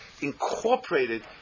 incorporated